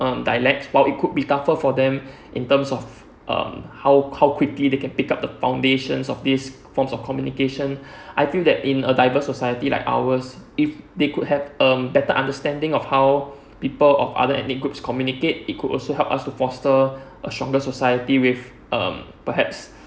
um dialect while it could be tougher for them in terms of um how how quickly they can pick up the foundations of this forms of communication I feel that in a diverse society like ours if they could have um better understanding of how people of other ethnic groups communicate it could also help us to foster a stronger society with um perhaps